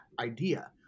idea